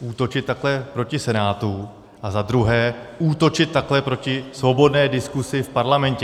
útočit takto proti Senátu a zadruhé útočit takto proti svobodné diskuzi v Parlamentě.